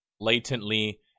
latently